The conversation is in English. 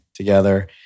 together